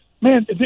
Man